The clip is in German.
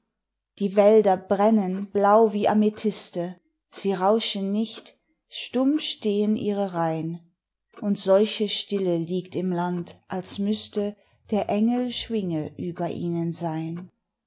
die wälder brennen blau wie amethyste sie rauschen nicht stumm stehen ihre reihn und solche stille liegt im land als müßte der engel schwinge über ihnen sein